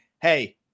hey